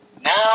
now